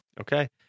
Okay